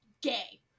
gay